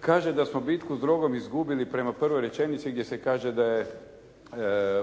Kaže da smo bitku s drogom izgubili prema prvoj rečenici gdje se kaže da je